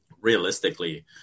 realistically